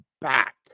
back